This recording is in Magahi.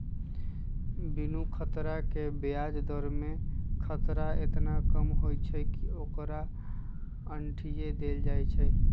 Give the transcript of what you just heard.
बिनु खतरा के ब्याज दर में खतरा एतना कम होइ छइ कि ओकरा अंठिय देल जाइ छइ